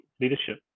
leadership